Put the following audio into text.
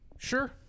Sure